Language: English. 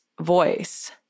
voice